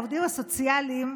העובדים הסוציאליים,